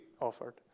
offered